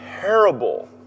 terrible